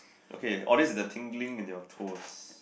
okay or this is the tingling in your toes